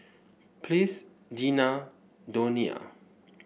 Ples Deena Donia